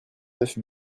neuf